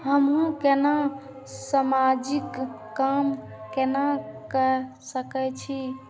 हमू केना समाजिक काम केना कर सके छी?